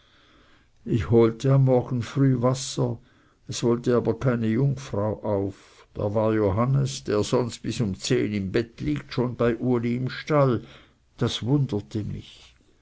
ich holte am morgen früh wasser es wollte aber keine jungfrau auf da war johannes der sonst bis um zehn im bett liegt schon bei uli im stall das wunderte mich